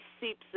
seeps